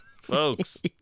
folks